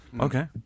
okay